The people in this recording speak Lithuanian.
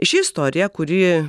ši istorija kuri